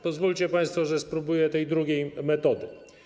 Pozwólcie państwo, że spróbuję tej drugiej metody.